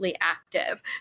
active